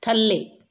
ਥੱਲੇ